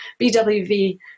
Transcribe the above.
BWV